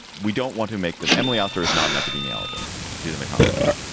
we don't want to make them. emily also is not an epidemiologist. she's an economist.